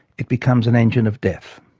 it becomes an engine of death.